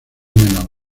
menor